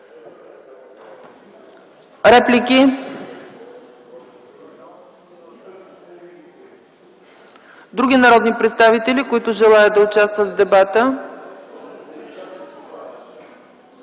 Реплики? Няма. Други народни представители, които желаят да участват в дебата?